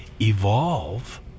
evolve